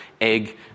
egg